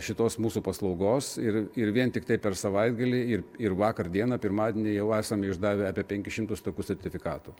šitos mūsų paslaugos ir ir vien tiktai per savaitgalį ir ir vakar dieną pirmadienį jau esame išdavę apie penkis šimtus tokių sertifikatų